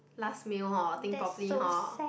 last meal hor think properly hor